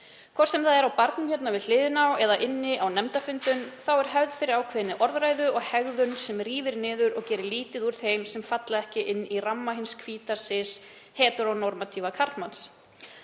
Hvort sem það er á barnum hér við hliðina eða á nefndarfundum er hefð fyrir ákveðinni orðræðu og hegðun sem rífur niður og gerir lítið úr þeim sem falla ekki inn í ramma hins hvíta sís-heteronormatífa karlmanns.